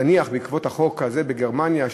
נניח בעקבות החוק הזה בגרמניה,